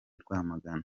rwamagana